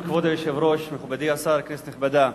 כבוד היושב-ראש, מכובדי השר, כנסת נכבדה,